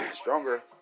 Stronger